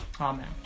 Amen